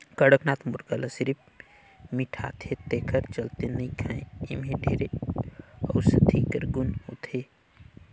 कड़कनाथ मुरगा ल सिरिफ मिठाथे तेखर चलते नइ खाएं एम्हे ढेरे अउसधी कर गुन होथे